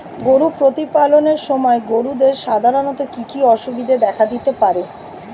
গরু প্রতিপালনের সময় গরুদের সাধারণত কি কি অসুবিধা দেখা দিতে পারে?